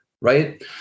Right